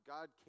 God